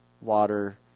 water